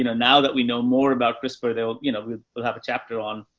you know now that we know more about crispr, they will, you know, we, we'll have a chapter on,